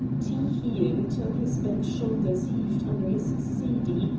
tee-heeing till his bent shoulders heaved under his seedy,